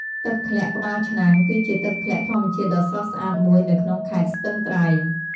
ទឹកធ្លាក់ក្បាលឆ្នាំង គឺជាទឹកធ្លាក់ធម្មជាតិដ៏ស្រស់ស្អាតមួយនៅក្នុងខេត្តស្ទឹងត្រែង។